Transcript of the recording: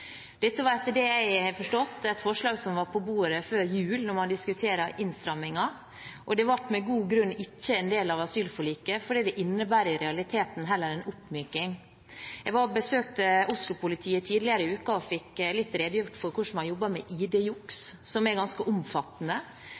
Dette var etter det jeg har forstått, et forslag som var på bordet før jul da man diskuterte innstramninger, og det ble med god grunn ikke en del av asylforliket, fordi det i realiteten heller innebærer en oppmykning. Jeg var og besøkte Oslo-politiet tidligere i uka og fikk redegjort litt for hvordan man jobber med ID-juks, som er ganske omfattende,